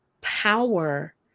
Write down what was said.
power